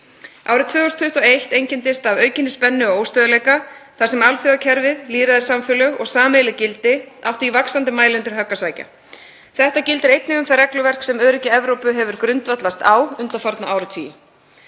Árið 2021 einkenndist af aukinni spennu og óstöðugleika þar sem alþjóðakerfið, lýðræðissamfélög og sameiginleg gildi áttu í vaxandi mæli undir högg að sækja. Þetta gildir einnig um það regluverk sem öryggi Evrópu hefur grundvallast á undanfarna áratugi.